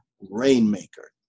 rainmaker